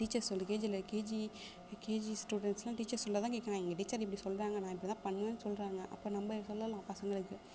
teacher சொல்லுற கேஜியில KG KG students எல்லாம் டீச்சர் சொல்லுறதான் கேட்குறாய்ங்க டீச்சர் இப்படி சொல்லுறாங்க நான் இப்படிதான் பண்ணுவேன்னு சொல்லுறாங்க அப்போ நம்ப சொல்லலாம் பசங்களுக்கு